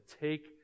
take